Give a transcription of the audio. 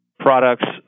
Products